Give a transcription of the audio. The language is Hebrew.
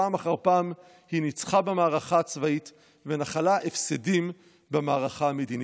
פעם אחר פעם היא ניצחה במערכה הצבאית ונחלה הפסדים במערכה המדינית.